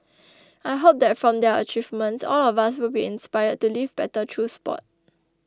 I hope that from their achievements all of us will be inspired to live better through sport